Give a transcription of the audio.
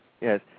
Yes